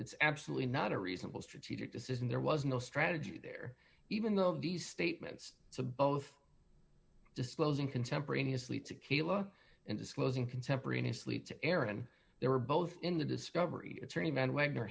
it's absolutely not a reasonable strategic decision there was no strategy there even though these statements so both disclosing contemporaneously tequila and disclosing contemporaneously to aaron they were both in the discovery attorney man w